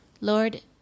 Lord